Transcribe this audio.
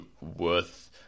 worth